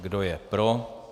Kdo je pro?